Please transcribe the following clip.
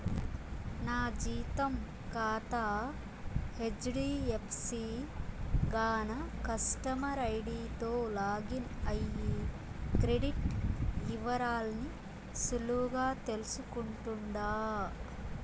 నా జీతం కాతా హెజ్డీఎఫ్సీ గాన కస్టమర్ ఐడీతో లాగిన్ అయ్యి క్రెడిట్ ఇవరాల్ని సులువుగా తెల్సుకుంటుండా